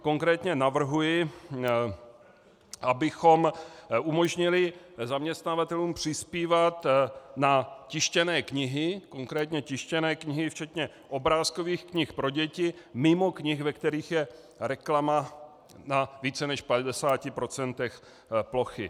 Konkrétně navrhuji, abychom umožnili zaměstnavatelům přispívat na tištěné knihy, konkrétně na tištěné knihy včetně obrázkových knih pro děti, mimo knih, ve kterých je reklama na více než 50 procentech plochy.